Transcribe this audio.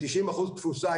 ב-90% תפוסה,